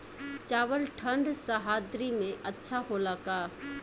चावल ठंढ सह्याद्री में अच्छा होला का?